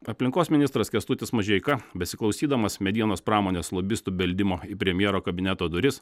aplinkos ministras kęstutis mažeika besiklausydamas medienos pramonės lobistų beldimo į premjero kabineto duris